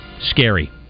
scary